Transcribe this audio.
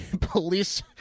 police